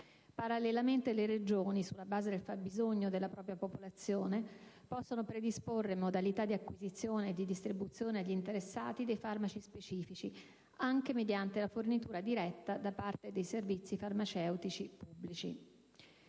Parallelamente le Regioni, sulla base del fabbisogno della propria popolazione, possono predisporre modalità di acquisizione e di distribuzione agli interessati dei farmaci specifici, anche mediante la fornitura diretta da parte dei servizi farmaceutici pubblici.